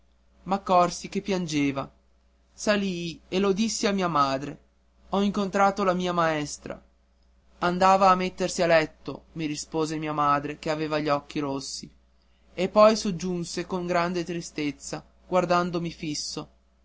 me m'accorsi che piangeva salii e lo dissi a mia madre ho incontrato la mia maestra andava a mettersi a letto rispose mia madre che avea gli occhi rossi e poi soggiunse con grande tristezza guardandomi fisso